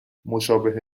مشابه